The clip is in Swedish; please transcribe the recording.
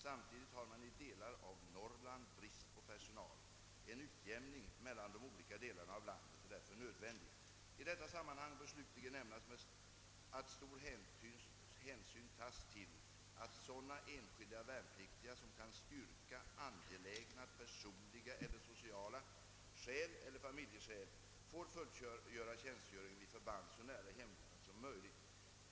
Samtidigt har man i delar av Norrland brist på personal. En utjämning mellan de olika delarna av landet är därför nödvändig. I detta sammanhang bör slutligen nämnas att stor hänsyn tas till att sådana enskilda värnpliktiga som kan styrka angelägna personliga eller sociala skäl eller familjeskäl får fullgöra tjänstgöringen vid förband så nära hemorten som möjligt.